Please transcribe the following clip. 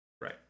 Right